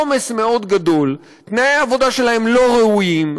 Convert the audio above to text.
העומס מאוד גדול, תנאי העבודה שלהם לא ראויים,